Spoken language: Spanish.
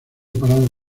parado